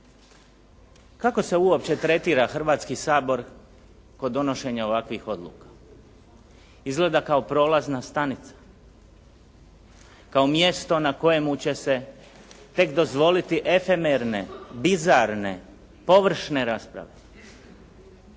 Kako se uopće tretira Hrvatski sabor kod donošenja ovakvih odluka? Izgleda kao prolazna stanica, kao mjesto na kojemu će se tek dozvoliti efemerne, bizarne, površne rasprave,